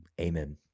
Amen